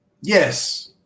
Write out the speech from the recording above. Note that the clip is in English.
Yes